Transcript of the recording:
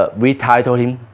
but we titled him.